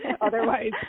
Otherwise